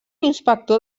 inspector